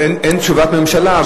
אין תשובת ממשלה,